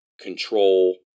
control